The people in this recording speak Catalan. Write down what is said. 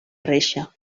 reixa